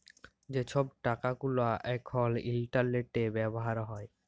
যে ছব টাকা গুলা এখল ইলটারলেটে ব্যাভার হ্যয়